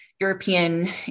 European